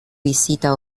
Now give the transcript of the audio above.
visita